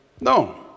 No